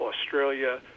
Australia